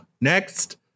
Next